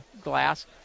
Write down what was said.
glass